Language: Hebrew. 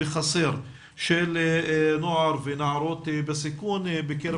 בחסר של נוער ונערות בסיכון בקרב